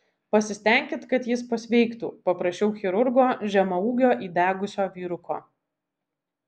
pasistenkit kad jis pasveiktų paprašiau chirurgo žemaūgio įdegusio vyruko